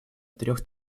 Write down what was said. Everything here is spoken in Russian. трех